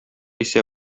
исә